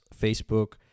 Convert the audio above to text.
Facebook